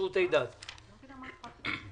לא אהבתי אותו ואני שמח שאתה פה.